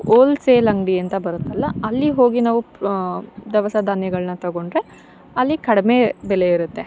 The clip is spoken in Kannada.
ಓಲ್ಸೇಲ್ ಅಂಗಡಿ ಅಂತ ಬರುತ್ತಲ್ಲ ಅಲ್ಲಿ ಹೋಗಿ ನಾವು ದವಸಧಾನ್ಯಗಳನ್ನ ತಗೊಂಡರೆ ಅಲ್ಲಿ ಕಡಿಮೆ ಬೆಲೆ ಇರುತ್ತೆ